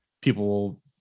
people